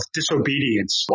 disobedience